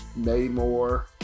Namor